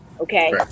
okay